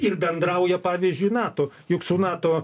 ir bendrauja pavyzdžiui nato juk su nato